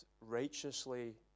righteously